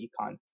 econ